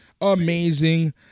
amazing